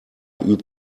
übt